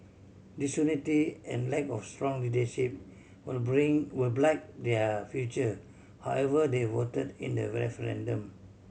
disunity and lack of strong leadership will bring will blight their future however they voted in the referendum